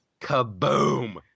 kaboom